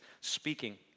speaking